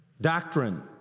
doctrine